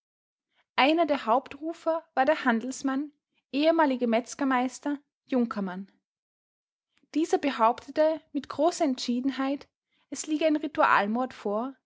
einer der hauptrufer war der handelsmann ehemalige metzgermeister junkermann dieser behauptete mit großer entschiedenheit es liege ein ritual mord vor